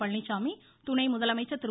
பழனிச்சாமி துணை முதலமைச்சர் திரு